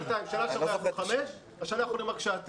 בשנה שעברה נתנו חמש שעות והשנה אנחנו נותנים שעתיים.